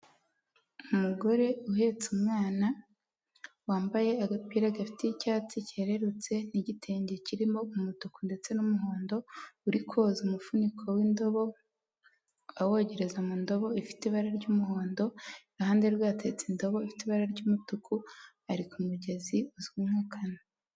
Umugore uhetse umwana wambaye agapira gafite icyatsi cyererutse n'igitenge kirimo umutuku ndetse n'umuhondo, uri koza umufuniko w'indobo awogereza mu ndobo ifite ibara ry'umuhondo, iruhande rwe hatetse indobo ifite ibara ry'umutuku ari ku ku mugezi uzwi nka kano.